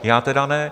Já tedy ne.